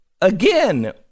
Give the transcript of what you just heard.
Again